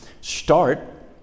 start